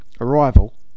Arrival